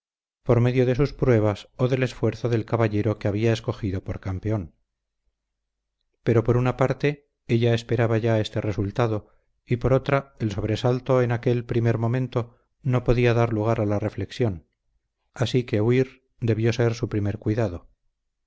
por medio de sus pruebas o del esfuerzo del caballero que había escogido por campeón pero por una parte ella esperaba ya este resultado y por otra el sobresalto en aquel primer momento no podía dar lugar a la reflexión así que huir debió ser su primer cuidado